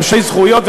גם שווי זכויות.